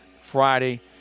Friday